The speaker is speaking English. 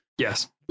Yes